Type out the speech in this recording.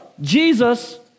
Jesus